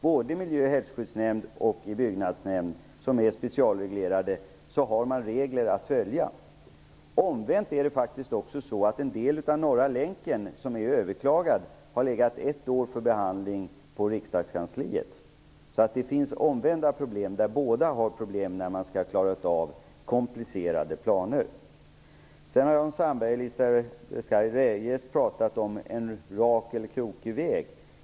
Både i miljöoch hälsoskyddsnämnd och i byggnadsnämnd, som är specialreglerade, har man regler att följa. Omvänt är det faktiskt också så att en del av Norra länken som är överklagad har legat ett år för behandling hos riksdagskansliet. Det finns alltså omvända fall, där båda parter har problem när man skall klara av komplicerade planer. Jan Sandberg och Elisa Abascal Reyes har diskuterat en rak eller krokig väg.